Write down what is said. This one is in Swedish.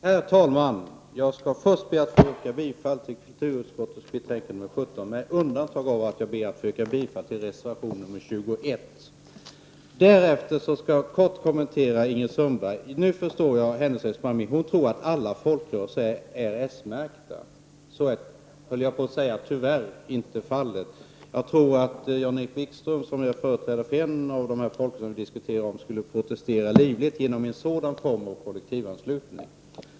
Herr talman! Jag skall först be att få yrka bifall till kulturutskottets hemställan i betänkande nr 17 på alla punkter utom när det gäller moment 24, där jag yrkar bifall till reservation nr 21. Därefter skall jag kort kommentera Ingrid Sundbergs replik. Nu förstår jag hennes resonemang bättre: Hon tror att alla folkrörelser är s-märkta. Så är — tyvärr höll jag på att säga — inte fallet. Jag tror att Jan-Erik Wikström, som företräder en av de folkrörelser som vi diskuterar, skulle protestera livligt mot en sådan kollektivanslutning.